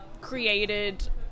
created